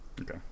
okay